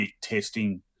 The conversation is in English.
testing